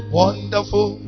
wonderful